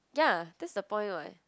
ya that's the point [what]